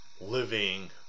living